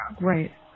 Right